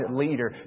leader